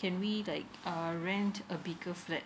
can we like um rent a bigger flat